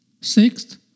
Sixth